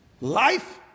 Life